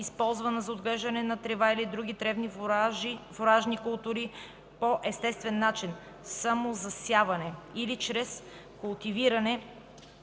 използвана за отглеждане на трева или други тревни фуражни култури по естествен начин (самозасяване) или чрез култивиране